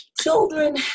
children